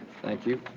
thank you.